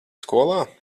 skolā